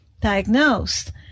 diagnosed